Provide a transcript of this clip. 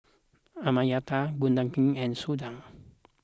Amartya Gopinath and Sundar